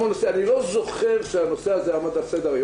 אני לא זוכר שהנושא הזה עמד על סדר היום.